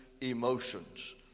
emotions